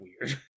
weird